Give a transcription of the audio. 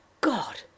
God